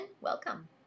Welcome